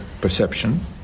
perception